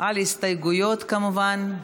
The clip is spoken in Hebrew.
על הסתייגויות, כמובן.